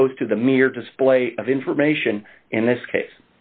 opposed to the mere display of information in this case